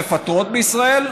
מפטרות בישראל?